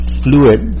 fluid